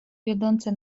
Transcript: wiodące